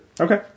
Okay